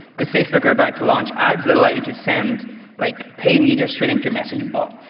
cause facebook are about to launch ads that allow you to send like paid media straight into your messenger bot,